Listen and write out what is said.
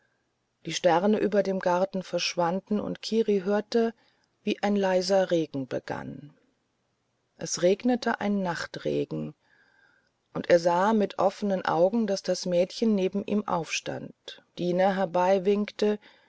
die sterne über dem garten verschwanden und kiri hörte wie ein leiser regen begann es regnete ein nachtregen und er sah mit offenen augen daß das mädchen neben ihm aufstand diener